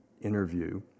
interview